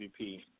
MVP